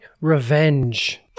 Revenge